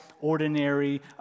ordinary